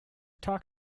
talk